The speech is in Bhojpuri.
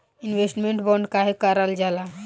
इन्वेस्टमेंट बोंड काहे कारल जाला?